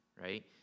right